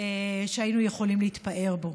שהיינו יכולים להתפאר בו.